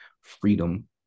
Freedom